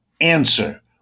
Answer